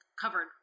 covered